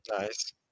Nice